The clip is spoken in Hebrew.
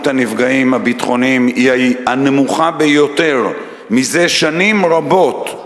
הנפגעים הביטחוניים היא הנמוכה ביותר מזה שנים רבות,